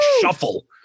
shuffle